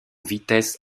vitesse